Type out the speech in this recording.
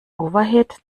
overhead